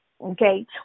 okay